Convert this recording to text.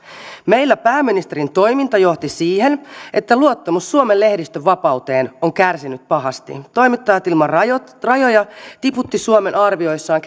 meillä pääministerin toiminta johti siihen että luottamus suomen lehdistön vapauteen on kärsinyt pahasti toimittajat ilman rajoja rajoja tiputti suomen arvioissaan